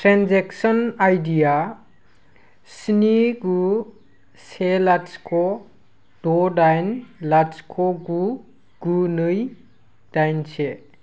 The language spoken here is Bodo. ट्रेनजेक्सन आइडडिआ स्नि गु से लाथिख द दाइन लाथिख गु गु नै दाइन से